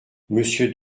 monsieur